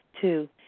Two